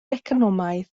economaidd